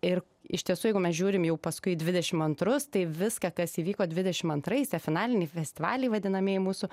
ir iš tiesų jeigu mes žiūrim jau paskui dvidešim antrus tai viską kas įvyko dvidešim antrais tie finaliniai festivaliai vadinamieji mūsų